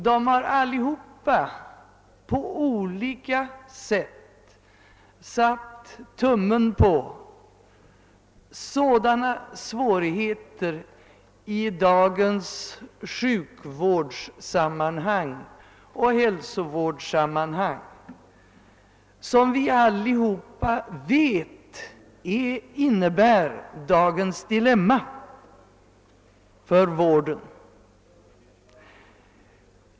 De har allihopa på olika sätt satt tummen på sådana svårigheter i dagens sjukvårdssammanhang och hälsovårdssammanhang som vi alla vet innebär dagens dilemma för vården.